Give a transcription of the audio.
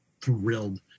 Thrilled